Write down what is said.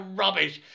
rubbish